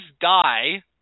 die